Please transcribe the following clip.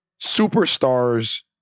Superstars